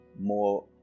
more